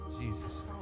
Jesus